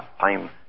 time